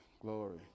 glory